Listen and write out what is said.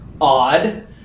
odd